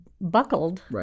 buckled